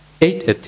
eight